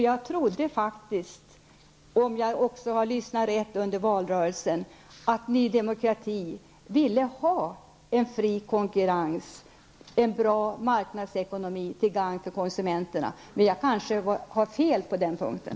Jag trodde faktiskt, om jag nu hört rätt i valrörelsen, att Ny Demokrati ville ha en fri konkurrens och en bra marknadsekonomi till gagn för konsumenterna, men jag kanske har fel på den punkten.